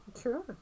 Sure